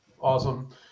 awesome